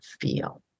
feel